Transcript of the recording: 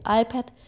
iPad